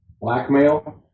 blackmail